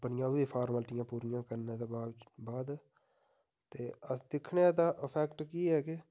अपनियां बी फार्मैलटियां पूरियां करने दे बाद बाद ते अस दिक्खने आं एह्दा अफैक्ट केह् ऐ कि